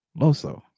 Loso